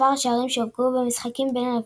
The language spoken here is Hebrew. מספר השערים שהובקעו במשחקים בין הנבחרות.